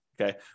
Okay